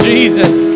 Jesus